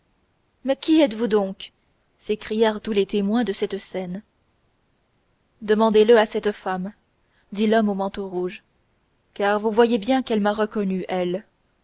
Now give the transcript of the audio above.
mais qui êtes-vous donc s'écrièrent tous les témoins de cette scène demandez-le à cette femme dit l'homme au manteau rouge car vous voyez bien qu'elle m'a reconnu elle